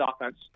offense